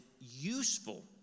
useful